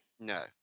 No